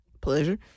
Pleasure